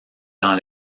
dans